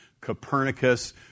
Copernicus